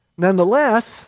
Nonetheless